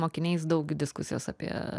mokiniais daug diskusijos apie